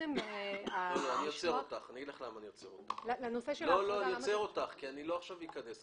אני עוצר אותך כי לא אכנס לזה עכשיו.